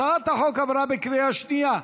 הצעת החוק עברה בקריאה שנייה.